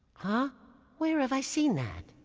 ah where have i seen that?